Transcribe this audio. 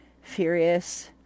furious